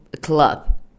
club